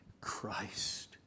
Christ